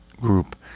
group